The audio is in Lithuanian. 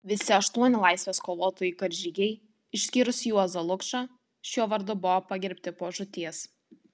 visi aštuoni laisvės kovotojai karžygiai išskyrus juozą lukšą šiuo vardu buvo pagerbti po žūties